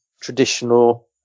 traditional